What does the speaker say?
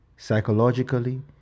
Psychologically